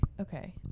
okay